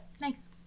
Nice